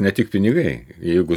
ne tik pinigai jeigu